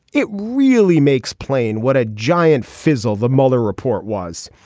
it really makes plain what a giant fizzle the mueller report was.